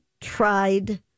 tried